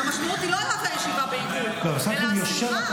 המשמעות היא לא רק לשבת בעיגול אלא השמחה.